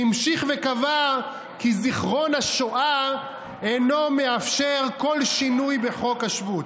שהמשיך וקבע כי זיכרון השואה אינו מאפשר כל שינוי בחוק השבות.